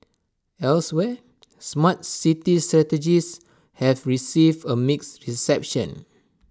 elsewhere Smart City strategies have received A mixed reception